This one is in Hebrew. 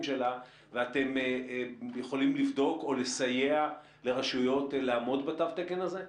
שלה ואתם יכולים לבדוק או לסייע לרשויות לעמוד בתו התקן הזה?